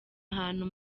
ahantu